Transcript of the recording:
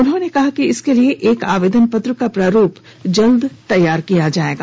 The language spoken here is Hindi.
उन्होंने कहा कि इसके लिए एक आवेदन पत्र का प्रारूप जल्द तैयार किया जाएगा